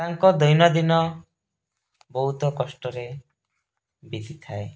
ତାଙ୍କ ଦୈନଦିନ ବହୁତ କଷ୍ଟରେ ବିତିଥାଏ